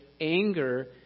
anger